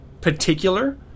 particular